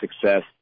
success